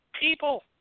people